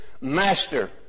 Master